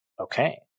Okay